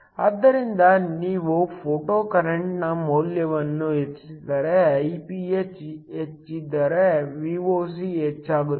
ಆದ್ದರಿಂದ ನೀವು ಫೋಟೊಕರೆಂಟ್ನ ಮೌಲ್ಯವನ್ನು ಹೆಚ್ಚಿಸಿದರೆ Iph ಹೆಚ್ಚಿದ್ದರೆ Voc ಹೆಚ್ಚಾಗುತ್ತದೆ